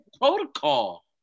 protocol